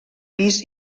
pis